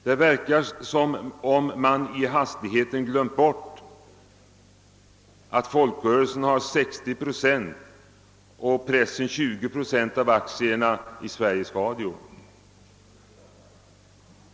Det verkar som om man i hastigheten glömt bort att folkrörelserna har 60 procent och pressen 20 procent av aktierna i Sveriges Radio.